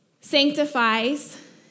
sanctifies